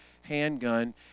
handgun